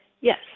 Yes